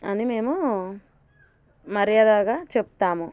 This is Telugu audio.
అని మేము మర్యాదగా చెప్తాము